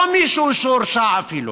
לא מישהו שהורשע אפילו.